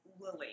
Lily